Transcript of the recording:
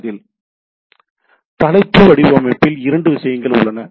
எனவே தலைப்பு வடிவமைப்பில் இரண்டு விஷயங்கள் உள்ளன